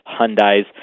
Hyundai's